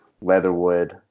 Leatherwood